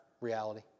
reality